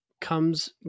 comes